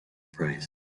price